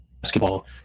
basketball